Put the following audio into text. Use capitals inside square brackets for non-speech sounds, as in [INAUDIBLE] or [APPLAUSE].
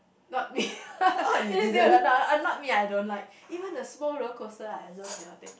not me [LAUGHS] it's you no not me I don't like even the small roller coaster I also cannot take it